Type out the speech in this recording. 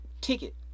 ticket